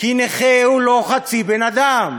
כי נכה הוא לא חצי בן אדם.